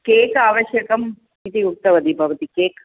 cake आवश्यकम् इति उक्तवती भवति केक्